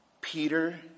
Peter